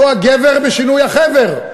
אותו הגבר בשינוי החבר.